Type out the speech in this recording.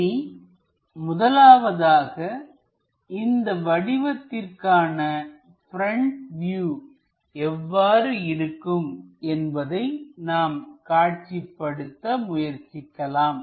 இனி முதலாவதாக இந்த வடிவத்திற்கான ப்ரெண்ட் வியூ எவ்வாறு இருக்கும் என்பதை நாம் காட்சிப்படுத்த முயற்சிக்கலாம்